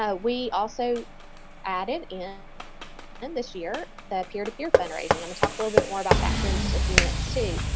ah we also added in and this year that peer-to-peer fundraising. i'm gonna and talk a little bit more about that here in just a few minutes too.